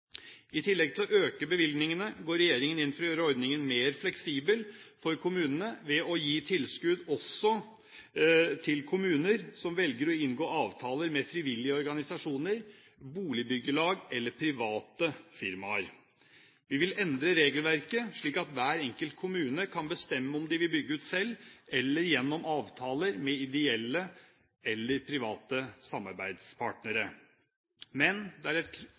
I tillegg til å øke bevilgningene går regjeringen inn for å gjøre ordningen mer fleksibel for kommunene, ved å gi tilskudd også til kommuner som velger å inngå avtaler med frivillige organisasjoner, boligbyggelag eller private firmaer. Vi vil endre regelverket, slik at hver enkelt kommune kan bestemme om de vil bygge ut selv eller gjennom avtaler med ideelle eller private samarbeidspartnere. Men det er et